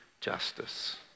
justice